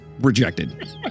rejected